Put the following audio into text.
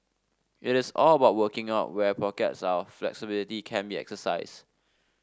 it is all about working out where pockets of flexibility can be exercised